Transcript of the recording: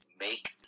make